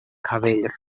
cabell